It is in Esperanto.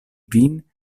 vin